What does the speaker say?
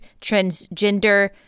Transgender